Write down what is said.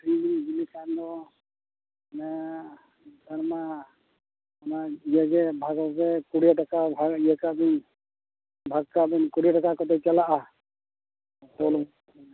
ᱟᱹᱠᱷᱟᱨᱤᱧ ᱤᱫᱤ ᱞᱮᱠᱷᱟᱱ ᱫᱚ ᱚᱱᱮ ᱥᱮᱨᱢᱟ ᱚᱱᱟ ᱤᱭᱟᱹᱜᱮ ᱵᱷᱟᱜᱮ ᱜᱮ ᱠᱩᱲᱭᱟᱹ ᱴᱟᱠᱟ ᱵᱷᱟᱜᱽ ᱤᱭᱟᱹ ᱠᱟᱜ ᱵᱤᱱ ᱵᱷᱟᱜᱽ ᱠᱟᱜᱵᱤᱱ ᱠᱩᱲᱭᱟᱹ ᱴᱟᱠᱟ ᱠᱚᱫᱚ ᱪᱟᱞᱟᱜᱼᱟ ᱛᱚ